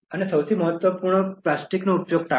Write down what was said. અને સૌથી મહત્વપૂર્ણ પ્લાસ્ટિકનો ઉપયોગ ટાળો